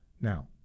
now